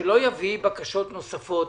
שלא יביא בקשות נוספות